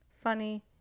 funny